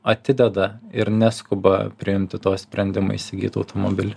atideda ir neskuba priimti to sprendimo įsigyt automobilį